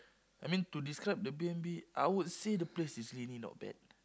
I mean to describe the Air-B_N_B I would say the place is really not bad